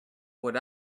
what